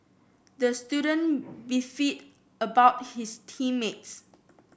the student beefed about his team mates